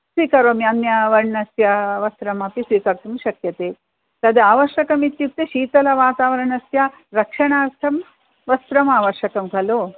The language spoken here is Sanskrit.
स्वीकरोमि अन्यवर्णस्य वस्त्रमपि स्वीकर्तुं शक्यते तत् आवश्याम् इत्युक्ते शीतलवातावरणस्य रक्षणार्थं वस्त्रम् आवश्यकं खलु